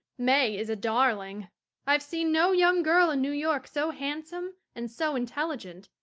may is a darling i've seen no young girl in new york so handsome and so intelligent.